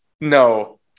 No